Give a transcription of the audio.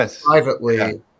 privately